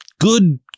good